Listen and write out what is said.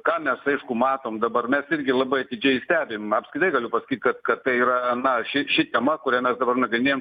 ką mes aišku matom dabar mes irgi labai atidžiai stebim apskritai galiu pasakyt kad kad tai yra na ši ši tema kurią mes dabar nagrinėjam